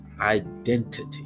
identity